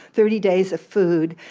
thirty days of food.